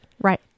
Right